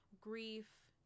grief